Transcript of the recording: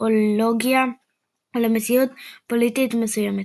לאידאולוגיה או למציאות פוליטית מסוימת.